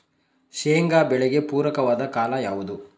ಶೇಂಗಾ ಬೆಳೆಗೆ ಪೂರಕವಾದ ಕಾಲ ಯಾವುದು?